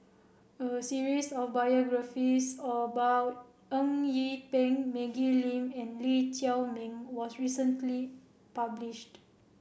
a series of biographies about Eng Yee Peng Maggie Lim and Lee Chiaw Meng was recently published